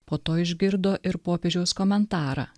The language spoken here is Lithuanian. po to išgirdo ir popiežiaus komentarą